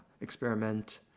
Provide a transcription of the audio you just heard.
experiment